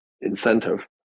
incentive